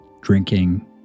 drinking